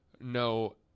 No